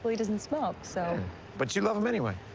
he doesn't smoke, so but you love him anyway.